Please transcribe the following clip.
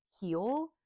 heal